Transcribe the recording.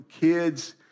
kids